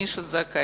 מי שזכאי,